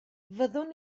fyddwn